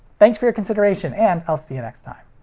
thanks for your consideration, and i'll see you next time!